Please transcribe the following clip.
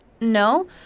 No